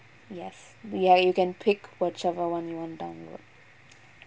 yes we are you can tweak whichever one you want to download